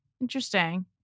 Interesting